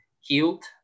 healed